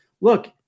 look